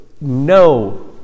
no